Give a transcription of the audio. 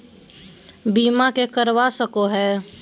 बीमा के करवा सको है?